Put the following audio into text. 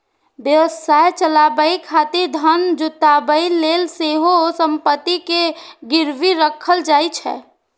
व्यवसाय चलाबै खातिर धन जुटाबै लेल सेहो संपत्ति कें गिरवी राखल जाइ छै